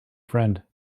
friend